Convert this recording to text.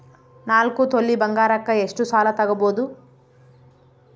ನಾಲ್ಕು ತೊಲಿ ಬಂಗಾರಕ್ಕೆ ಎಷ್ಟು ಸಾಲ ತಗಬೋದು?